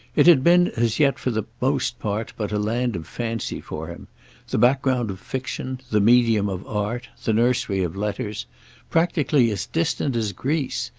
it had been as yet for the most part but a land of fancy for him the background of fiction, the medium of art, the nursery of letters practically as distant as greece,